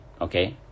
okay